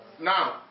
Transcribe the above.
Now